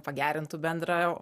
pagerintų bendrą